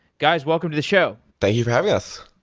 guys, welcome to the show. thank you for having us.